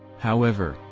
however,